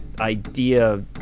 idea